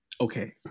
Okay